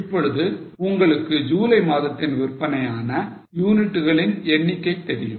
இப்பொழுது உங்களுக்கு ஜூலை மாதத்தில் விற்பனையான யூனிட்டுகளின் எண்ணிக்கை தெரியும்